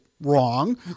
Wrong